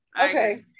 okay